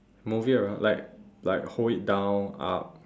move it around like like hold it down up